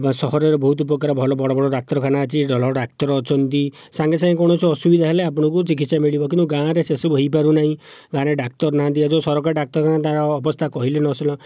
ସହରରେ ବହୁତ ପ୍ରକାର ଭଲ ବଡ଼ ବଡ଼ ଡାକ୍ତରଖାନା ଅଛି ଡାକ୍ତର ଅଛନ୍ତି ସାଙ୍ଗେ ସାଙ୍ଗେ କୌଣସି ଅସୁବିଧା ହେଲେ ଆପଣଙ୍କୁ ଚିକିତ୍ସା ମିଳିବ କିନ୍ତୁ ଗାଁରେ ସେ ସବୁ ହୋଇପାରୁ ନାହିଁ ଗାଁରେ ଡାକ୍ତର ନାହାଁନ୍ତି ଆଉ ଯେଉଁ ସରକାରୀ ଡାକ୍ତରଖାନା ତା'ର ଆଉ ଅବସ୍ଥା କହିଲେ ନ ସରେ